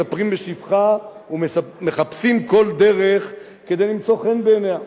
מספרים בשבחה ומחפשים כל דרך כדי למצוא חן בעיניה.